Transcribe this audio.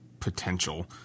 Potential